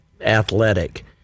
athletic